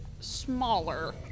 Smaller